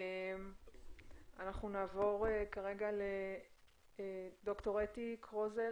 אנחנו נעבור לד"ר אתי קרוזל